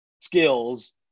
skills